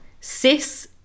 Cis